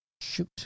shoot